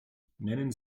nennen